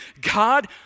God